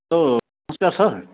hello नमस्कार sir